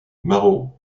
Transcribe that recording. marot